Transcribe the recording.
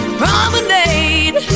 promenade